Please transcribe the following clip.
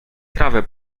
trawę